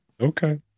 Okay